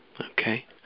Okay